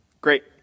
Great